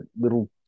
little